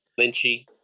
Lynchy